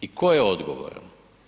I tko je odgovoran?